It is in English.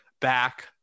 back